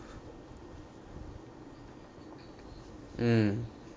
mm